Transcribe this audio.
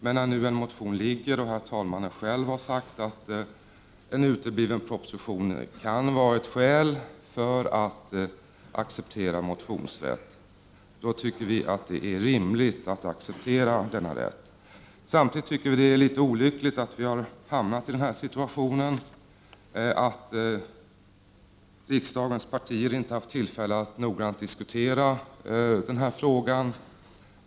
Men när nu en motion har väckts, och talmannen själv har sagt att en utebliven proposition kan vara ett skäl för att acceptera motionsrätt, anser vi att det är rimligt att acceptera denna rättighet. Samtidigt tycker vi att det är olyckligt att vi har hamnat i den situationen att riksdagens partier inte har haft tillfälle att noggrant diskutera frågan.